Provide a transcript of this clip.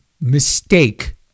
mistake